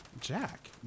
Jack